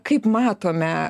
kaip matome